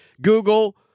Google